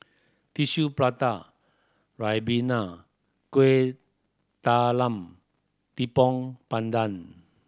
Tissue Prata ribena Kueh Talam Tepong Pandan